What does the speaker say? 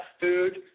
food